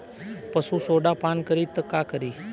पशु सोडा पान करी त का करी?